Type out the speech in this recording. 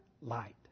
light